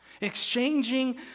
exchanging